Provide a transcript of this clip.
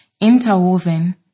interwoven